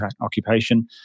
Occupation